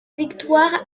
victoire